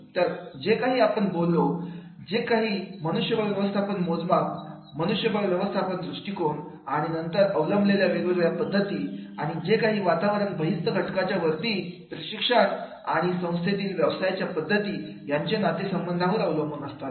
तर जे काही आपण बोललो जसे की मनुष्यबळ व्यवस्थापन मोजमाप मनुष्यबळ व्यवस्थापन दृष्टीकोण आणि नंतर अवलंबिलेल्या वेगवेगळ्या पद्धती आणि जे काही वातावरणातील बहिस्त घटक च्या वरती प्रशिक्षण पण आणि संस्थेतील व्यवसायाच्या पद्धतीत यांचे नाते संबंध अवलंबून असतात